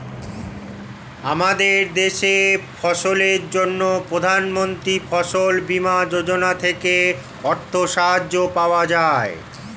আমাদের দেশে ফসলের জন্য প্রধানমন্ত্রী ফসল বীমা যোজনা থেকে অর্থ সাহায্য পাওয়া যায়